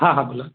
हां हां बोला